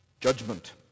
judgment